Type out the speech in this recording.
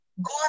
God